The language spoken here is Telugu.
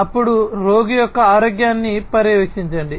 అప్పుడు రోగి యొక్క ఆరోగ్యాన్ని పర్యవేక్షించండి